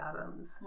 atoms